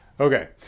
Okay